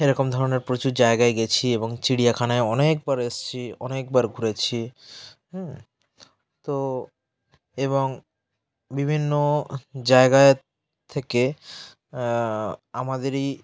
এরকম ধরনের প্রচুর জায়গায় গিয়েছি এবং চিড়িয়াখানায় অনেকবার এসেছি অনেকবার ঘুরেছি হ্যাঁ তো এবং বিভিন্ন জায়গায় থেকে আমাদেরই